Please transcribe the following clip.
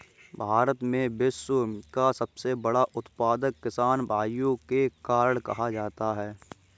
भारत को विश्व का सबसे बड़ा उत्पादक किसान भाइयों के कारण कहा जाता है